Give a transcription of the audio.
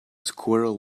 squirrel